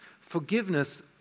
Forgiveness